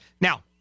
Now